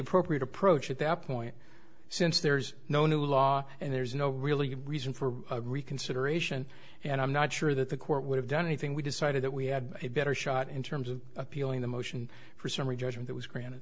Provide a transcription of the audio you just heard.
appropriate approach at that point since there's no new law and there's no really good reason for reconsideration and i'm not sure that the court would have done anything we decided that we had a better shot in terms of appealing the motion for summary judgment was granted